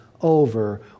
over